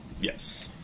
Yes